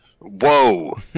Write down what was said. Whoa